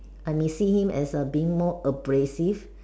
I may see him as being more abrasive